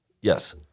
Yes